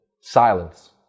Silence